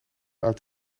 uit